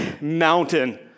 mountain